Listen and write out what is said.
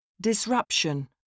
Disruption